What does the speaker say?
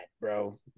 bro